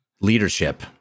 leadership